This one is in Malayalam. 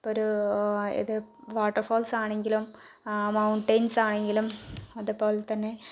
ഒരു ഇത് വാട്ടർ ഫാൾസ് ആണെങ്കിലും മൗണ്ടൈൻസ് ആണെങ്കിലും അതുപോലെ തന്നെ